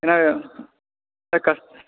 ஏன்னா இது இதே கஸ்